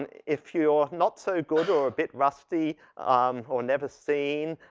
if you're not so good or a bit rusty um or never seen